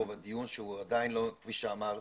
בדיון שהוא עדיין לא מציני אותו כפי שאמרת,